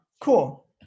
Cool